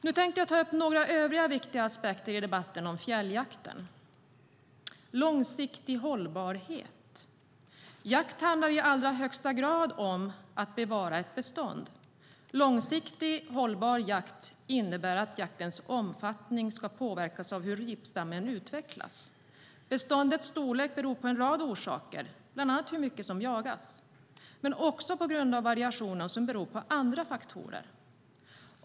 Jag tänkte nu ta upp några övriga viktiga aspekter i debatten om fjälljakten. Först har vi frågan om långsiktig hållbarhet. Jakt handlar i allra högsta grad om att bevara ett bestånd. Långsiktigt hållbar jakt innebär att jaktens omfattning ska påverkas av hur ripstammen utvecklas. Beståndets storlek beror på en rad orsaker, bland annat hur mycket som jagas. Den består också av variationer som beror på andra faktorer.